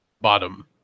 bottom